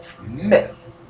myth